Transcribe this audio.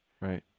Right